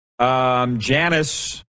Janice